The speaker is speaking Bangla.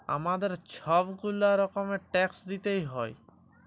আমাদের ছব গুলা রকমের ট্যাক্স দিইতে হ্যয়